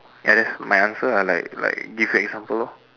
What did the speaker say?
ya that's my answer lah like like give an example lor